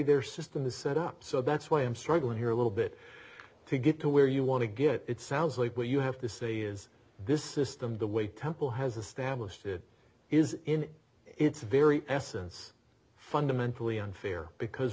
their system is set up so that's why i'm struggling here a little bit to get to where you want to get it sounds like what you have to say is this system the way temple has established is in its very essence fundamentally unfair because